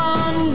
on